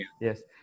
Yes